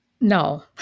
no